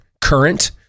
current